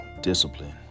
discipline